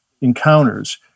encounters